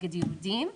נגד יהודים,